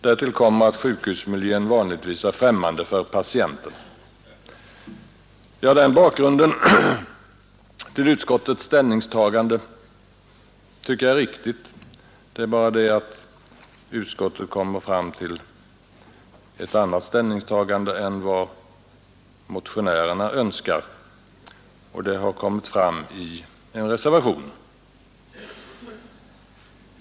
Därtill kommer att sjukhusmiljön vanligtvis är främmande för patienten.” Den bakgrunden till utskottets ställningstagande tycker jag är riktig, men utskottet kommer fram till ett annat ställningstagande än vad motionärerna önskar, och detta har resulterat i en reservation.